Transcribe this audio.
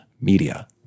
media